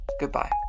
goodbye